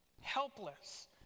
Helpless